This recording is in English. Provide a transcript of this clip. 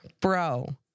Bro